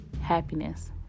Happiness